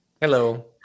Hello